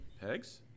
Pegs